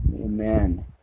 Amen